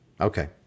Okay